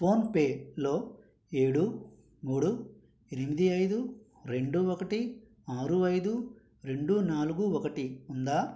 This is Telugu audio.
ఫోన్పేలో ఏడు మూడు ఎనిమిది ఐదు రెండు ఒకటి ఆరు ఐదు రెండు నాలుగు ఒకటి ఉందా